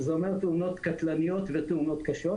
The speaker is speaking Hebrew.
זה אומר תאונות קטלניות ותאונות קשות.